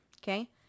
Okay